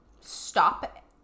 stop